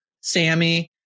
Sammy